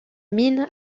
mine